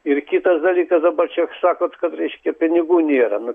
ir kitas dalykas dabar čia sakot kad reiškia pinigų nėra nu